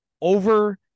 over